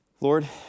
Lord